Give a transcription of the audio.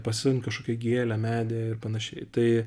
pasisodint kažkokią gėlę medį ir panašiai tai